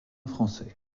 français